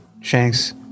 shanks